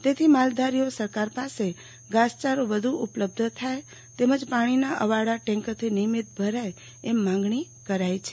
તેથી માલધારીઓ સરકાર પાસે ઘાસયારો વધુ ઉપલબ્ધ થાય તેમજ પાણીના અવાડા ટેન્કરથી નિયમિત ભરાય એમ માંગણી કરાઈ છે